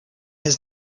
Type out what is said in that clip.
his